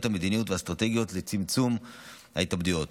המדיניות והאסטרטגיות לצמצום ההתאבדויות.